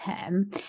term